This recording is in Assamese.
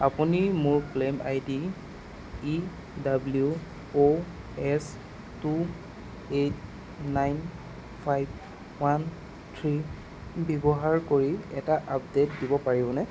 আপুনি মোৰ claim ID E W O H two eight nine five one three ব্যৱহাৰ কৰি এটা আপডে'ট দিব পাৰিবনে